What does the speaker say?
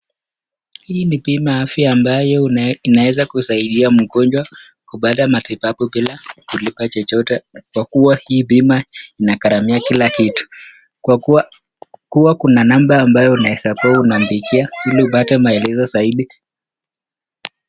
Hii ni bima ya afya ambayo inaweza kusaidia mgonjwa kupata matibabu bila kulipa chochote kwa kuwa hii bima inaghalamia kila kitu kwa kuwa kuna(cs) number (cs) ambayo unaweza kuwa unapigia ili upate maelezo zaidi.